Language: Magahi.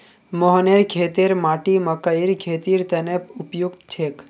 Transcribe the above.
मोहनेर खेतेर माटी मकइर खेतीर तने उपयुक्त छेक